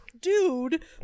dude